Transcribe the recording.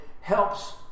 helps